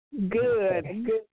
Good